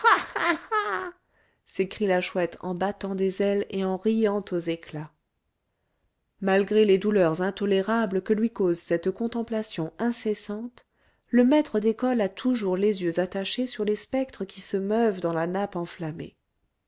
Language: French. s'écrie la chouette en battant des ailes et en riant aux éclats malgré les douleurs intolérables que lui cause cette contemplation incessante le maître d'école a toujours les yeux attachés sur les spectres qui se meuvent dans la nappe enflammée